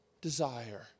desire